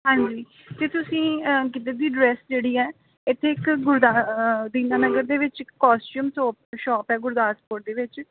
ਹਾਂਜੀ ਅਤੇ ਤੁਸੀਂ ਗਿੱਧੇ ਦੀ ਡਰੈੱਸ ਜਿਹੜੀ ਹੈ ਇੱਥੇ ਇੱਕ ਗੁਰਦਾ ਦੀਨਾਨਗਰ ਦੇ ਵਿੱਚ ਇੱਕ ਕੋਸਟਿਊਮ ਸ਼ੋ ਸ਼ੋਪ ਹੈ ਗੁਰਦਾਸਪੁਰ ਦੇ ਵਿੱਚ